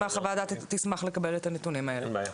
הוועדה תשמח לקבל את הנתונים האלה.